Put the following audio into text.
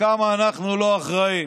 וכמה אנחנו לא אחראים.